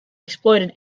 exploited